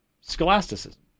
scholasticism